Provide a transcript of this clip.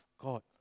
God